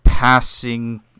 Passing